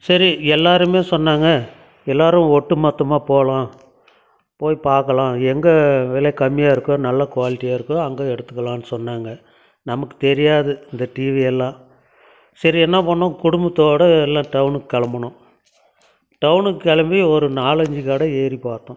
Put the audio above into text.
சரி எல்லாருமே சொன்னாங்க எல்லாரும் ஒட்டுமொத்தமாக போகலாம் போய் பார்க்கலாம் எங்கே வில கம்மியாக இருக்கோ நல்ல குவாலிட்டியாக இருக்கோ அங்கே எடுத்துக்கலாம்னு சொன்னாங்க நமக்கு தெரியாது இந்த டிவியெல்லாம் சரி என்ன பண்ணோம் குடும்பத்தோட எல்லாம் டவுனுக்கு கிளம்புனோம் டவுனுக்கு கிளம்பி ஒரு நாலஞ்சு கடை ஏறி பார்த்தோம்